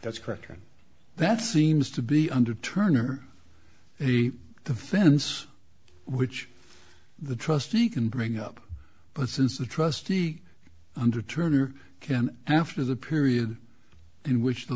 and that's seems to be under turner the fence which the trustee can bring up but since the trustee under turner can after the period in which the